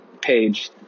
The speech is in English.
page